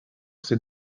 ces